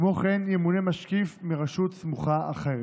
ויום העצמאות שלנו מול יום הנכבה.